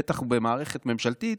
בטח במערכת ממשלתית,